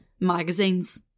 magazines